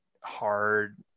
hard